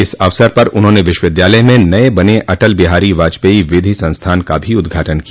इस अवसर पर उन्होंने विश्वविद्यालय में नये बने अटल बिहारी वाजपेई विधि संस्थान का भी उदघाटन किया